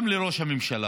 גם לראש הממשלה.